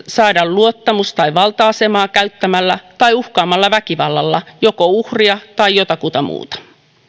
saada luottamus tai valta asemaa käyttämällä tai uhkaamalla väkivallalla joko uhria tai jotakuta muuta